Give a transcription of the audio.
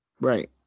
Right